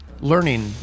learning